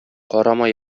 карама